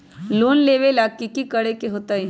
Loan लेबे ला की कि करे के होतई?